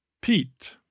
Pete